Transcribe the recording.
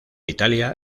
italia